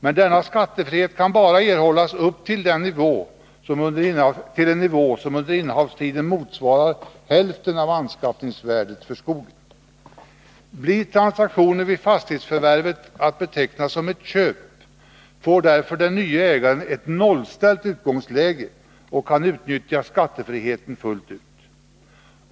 Men denna skattefrihet kan bara erhållas upp till en nivå som under innehavstiden motsvarar hälften av anskaffningsvärdet för skogen. Blir transaktionen vid fastighetsförvärvet betecknad som ett köp får den nye ägaren ett nollställt utgångsläge och kan utnyttja skattefriheten fullt ut.